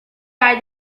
are